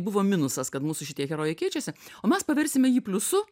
buvo minusas kad mūsų šitie herojai keičiasi o mes paversime jį pliusu